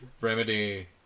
Remedy